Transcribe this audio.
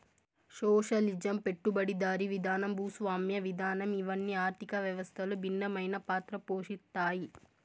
socialism పెట్టుబడిదారీ విధానం భూస్వామ్య విధానం ఇవన్ని ఆర్థిక వ్యవస్థలో భిన్నమైన పాత్ర పోషిత్తాయి